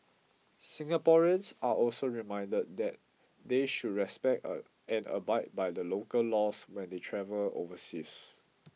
Singaporeans are also reminded that they should respect and abide by the local laws when they travel overseas